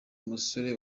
musore